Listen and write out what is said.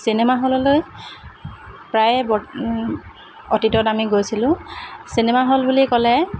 cinema হললৈ প্ৰায়ে অতীতত আমি গৈছিলোঁ চিনেমা হল বুলি ক'লে